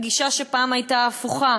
הגישה שפעם הייתה הפוכה,